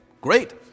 great